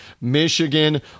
Michigan